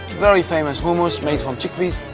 very famous hummus made from chickpeas.